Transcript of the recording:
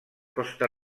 costa